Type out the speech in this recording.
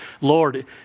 Lord